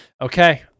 Okay